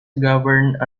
governed